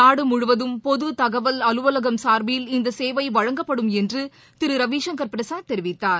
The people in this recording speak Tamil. நாடுமுழுவதம் பொதுதகவல் அலுவலகம் சார்பில் இந்தசேவைவழங்கப்படும் என்றுதிருரவிசங்கர் பிரசாத் தெரிவித்தார்